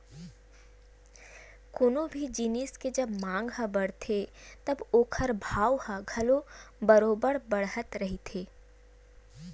कोनो भी जिनिस के जब मांग ह बड़थे तब ओखर भाव ह घलो बरोबर बड़त रहिथे